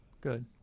Good